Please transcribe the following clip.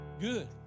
Good